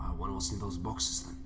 wonder what's in those boxes